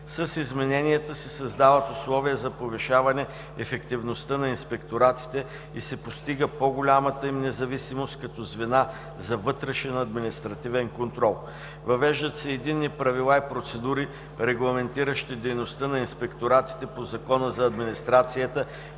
С измененията се създават условия за повишаване ефективността на инспекторатите и се постига по-голямата им независимост като звена за вътрешен административен контрол. Въвеждат се единни правила и процедури, регламентиращи дейността на инспекторатите по Закона за администрацията,